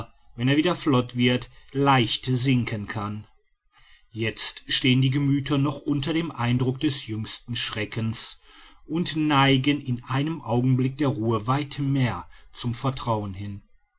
wenn er wieder flott wird leicht sinken kann jetzt stehen die gemüther noch unter dem eindruck des jüngsten schreckens und neigen in einem augenblick der ruhe weit mehr zum vertrauen hin